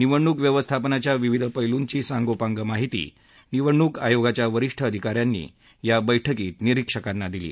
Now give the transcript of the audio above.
निवडणूक व्यवस्थापनाच्या विविध पैलूंची सांगोपांग माहिती निवडणूक आयोगाच्या वरिष्ठ अधिकाऱ्यांनी या बैठकीत निरीक्षकांना दिली